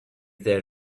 there